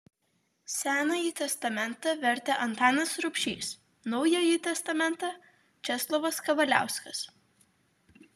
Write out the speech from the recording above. senąjį testamentą vertė antanas rubšys naująjį testamentą česlovas kavaliauskas